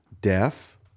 deaf